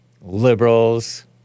liberals